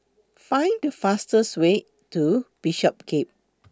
Find The fastest Way to Bishopsgate